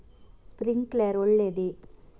Sprinkler ಒಳ್ಳೇದೇ?